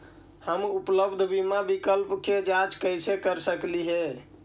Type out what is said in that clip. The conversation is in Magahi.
हम उपलब्ध बीमा विकल्प के जांच कैसे कर सकली हे?